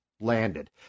landed